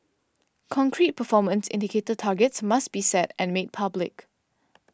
concrete performance indicator targets must be set and made public